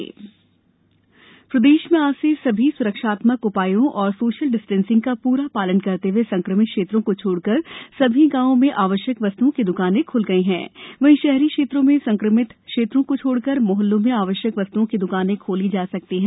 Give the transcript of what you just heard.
प्रदेश द्कान प्रदेश में आज से सभी स्रक्षात्मक उपायों एवं सोशल पिस्टेंसिंग का प्रा पालन करते हए संक्रमित क्षेत्रों को छोड़कर सभी गाँवों में आवश्यक वस्त्ओं की द्कानें ख्ल गयी हैं वहीं शहरी क्षेत्रों में संक्रमित क्षेत्रों को छोड़कर मोहल्लों में आवश्यक वस्त्ओं की द्कानें खोली जा सकती हैं